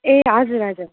ए हजुर हजुर